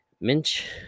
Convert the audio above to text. Minch